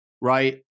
Right